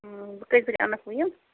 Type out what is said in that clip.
بہٕ کٔژ بج اَنکھ وٕ یِم